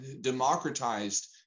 democratized